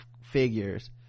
figures